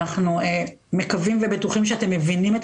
אנחנו מקווים ובטוחים שאתם מבינים את